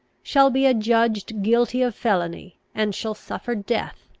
shall be adjudged guilty of felony, and shall suffer death,